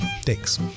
Thanks